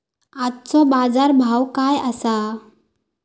आजचो बाजार भाव काय आसा?